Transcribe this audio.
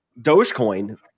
Dogecoin